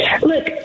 Look